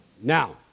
Now